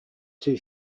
two